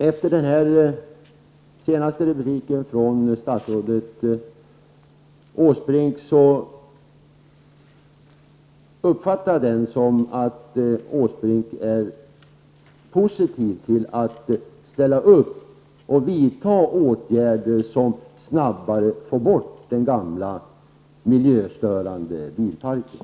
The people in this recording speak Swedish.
Efter det senaste inlägget från statsrådet Åsbrink har jag uppfattningen att han är positiv till åtgärder som gör det möjligt att snabbare få bort den gamla miljöstörande bilparken.